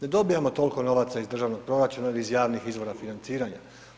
Ne dobijamo toliko novaca iz državnog proračuna ili iz javnih izvora financiranja.